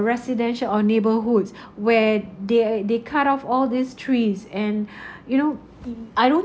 residential or neighborhoods where they they cut off all these trees and you know I don't